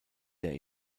der